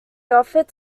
offered